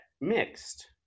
mixed